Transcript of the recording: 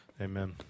Amen